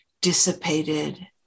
dissipated